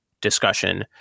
discussion